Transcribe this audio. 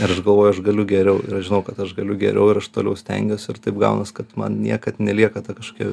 ir aš galvoju aš galiu geriau žinau kad aš galiu geriau ir aš toliau stengiuos ir taip gaunas kad man niekad nelieka ta kažkokia